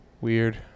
Weird